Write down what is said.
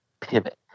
pivot